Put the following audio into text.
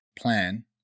plan